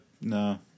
no